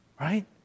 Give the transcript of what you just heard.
Right